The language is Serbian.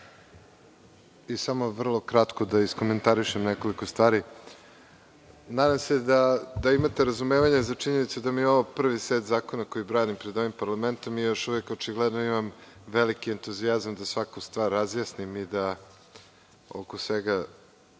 i samo vrlo kratko da iskomentarišem nekoliko stvari. Nadam se da imate razumevanja za činjenicu da mi je ovo prvi set zakona koji branim pred ovim parlamentom i još uvek očigledno imam veliki entuzijazam da svaku stvar razjasnim i da oko svega